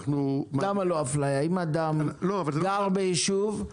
אם היה לוקח את ה-200 אלף שקל האלה,